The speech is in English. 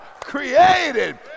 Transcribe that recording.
created